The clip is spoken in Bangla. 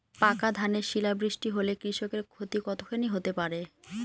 পাকা ধানে শিলা বৃষ্টি হলে কৃষকের ক্ষতি কতখানি হতে পারে?